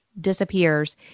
disappears